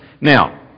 Now